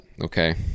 okay